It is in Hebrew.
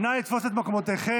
נא לתפוס את מקומותיכם.